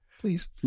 please